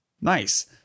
nice